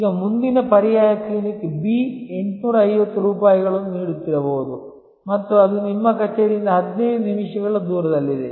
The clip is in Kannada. ಈಗ ಮುಂದಿನ ಪರ್ಯಾಯ ಕ್ಲಿನಿಕ್ ಬಿ 850 ರೂಪಾಯಿಗಳನ್ನು ನೀಡುತ್ತಿರಬಹುದು ಮತ್ತು ಅದು ನಿಮ್ಮ ಕಚೇರಿಯಿಂದ 15 ನಿಮಿಷಗಳ ದೂರದಲ್ಲಿದೆ